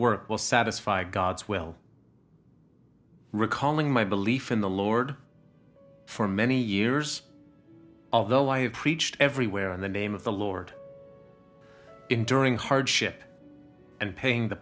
work will satisfy god's will recalling my belief in the lord for many years although i have preached everywhere in the name of the lord enduring hardship and paying the